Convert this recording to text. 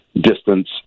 distance